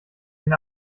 den